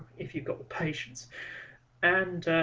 if you've got the patients and